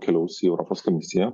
keliaus į europos komisiją